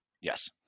Yes